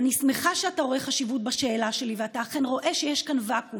אני שמחה שאתה רואה חשיבות בשאלה שלי ואתה אכן רואה שיש כאן ואקום.